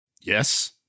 Yes